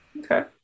Okay